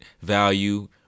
value